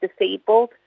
disabled